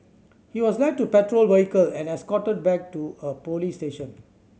he was led to patrol vehicle and escorted back to a police station